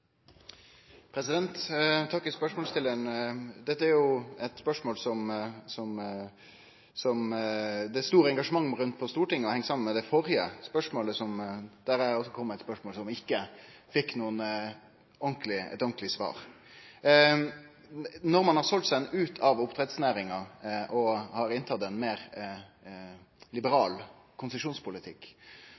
spørsmålsstillaren. Dette er jo eit spørsmål som det er stort engasjement rundt på Stortinget, og det heng saman med det førre spørsmålet, der eg stilte eit spørsmål som ikkje fekk eit ordentleg svar. Når ein har selt seg ut av oppdrettsnæringa og skal føre ein meir liberal konsesjonspolitikk,